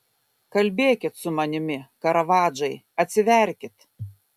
kalbėkit su manimi karavadžai atsiverkit